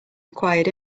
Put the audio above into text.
acquired